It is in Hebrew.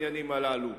בעניינים הללו?